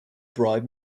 bribe